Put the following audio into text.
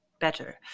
better